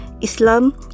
Islam